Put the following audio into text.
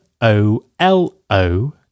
O-L-O